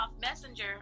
messenger